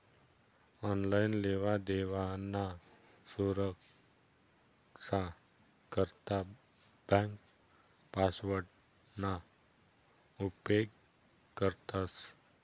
online लेवादेवाना सुरक्सा करता ब्यांक पासवर्डना उपेग करतंस